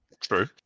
true